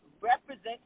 represent